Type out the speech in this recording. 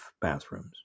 bathrooms